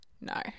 No